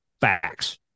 facts